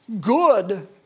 good